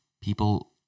People